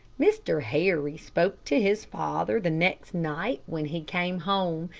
mr. harry spoke to his father the next night when he came home,